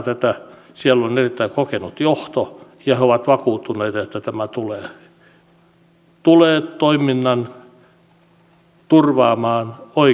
siellä on erittäin kokenut johto ja he ovat vakuuttuneita että tämä tulee toiminnan turvaamaan oikein hyvin